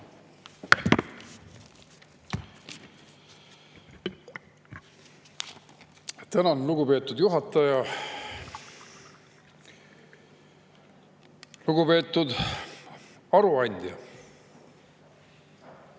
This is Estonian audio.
Tänan, lugupeetud juhataja! Lugupeetud aruandja!